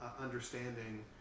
understanding